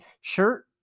shirt